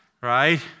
Right